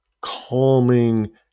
calming